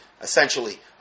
Essentially